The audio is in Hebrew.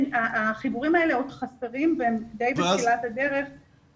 החיבורים האלה עוד חסרים והם די בתחילת הדרך.